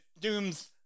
Doom's